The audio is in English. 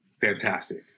Fantastic